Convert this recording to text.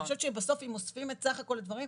אני חושבת שבסוף אם אוספים את סך כל הדברים,